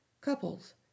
Couples